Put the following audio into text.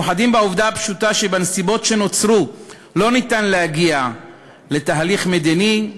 מאוחדות בעובדה הפשוטה שבנסיבות שנוצרו לא ניתן להגיע לתהליך מדיני,